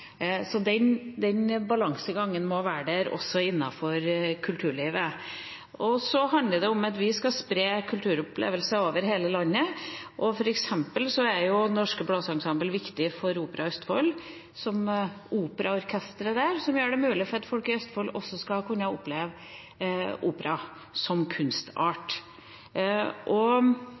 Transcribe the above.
Den balansegangen må være der, også innenfor kulturlivet. Så handler det om at vi skal spre kulturopplevelser over hele landet. For eksempel er Det Norske Blåseensemble viktig for opera i Østfold som operaorkester der, som gjør det mulig at folk i Østfold også skal kunne oppleve opera som kunstart.